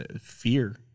fear